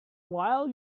while